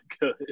good